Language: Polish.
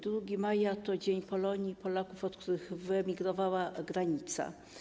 2 maja to dzień Polonii i Polaków, od których wyemigrowała granica.